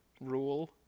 rule